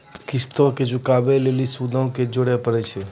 किश्तो के चुकाबै लेली सूदो के जोड़े परै छै